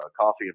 coffee